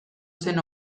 zen